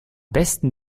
besten